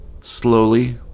Slowly